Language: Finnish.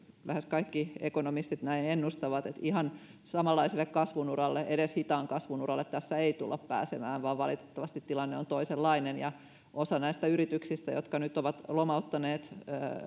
lähes kaikki ekonomistit näin ennustavat että ihan samanlaiselle kasvun uralle edes hitaan kasvun uralle tässä ei tulla pääsemään vaan valitettavasti tilanne on toisenlainen ja osa näistä yrityksistä jotka nyt ovat lomauttaneet